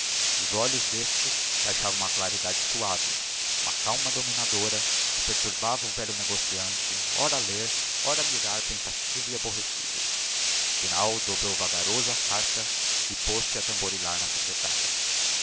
dos olhos d'este baixava uma claridade suave uma calma dominadora que perturbava o velho negociante ora a ler ora a mirar pensativo e aborrecido afinal dobrou vagaroso a carta e poz-se a tamborilar na secretária